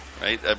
Right